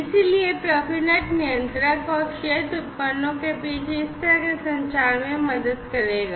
इसलिए profinet नियंत्रक और क्षेत्र उपकरणों के बीच इस तरह के संचार में मदद करेगा